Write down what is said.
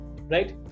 Right